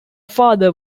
father